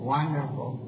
Wonderful